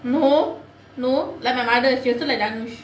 no no like my mother she also like dance movie